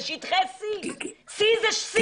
זה שטחי C. C זה C,